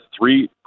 three